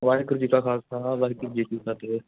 ਵਾਹਿਗੁਰੂ ਜੀ ਕਾ ਖਾਲਸਾ ਵਾਹਿਗੁਰੂ ਜੀ ਕੀ ਫਤਿਹ